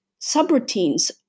subroutines